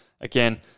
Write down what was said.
again